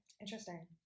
Interesting